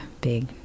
big